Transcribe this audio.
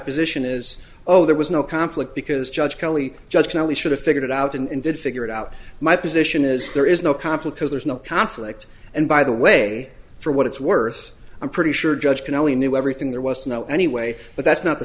position is oh there was no conflict because judge kelly judge now we should have figured it out and did figure it out my position is there is no conflict as there is no conflict and by the way for what it's worth i'm pretty sure judge can only knew everything there was no anyway but that's not the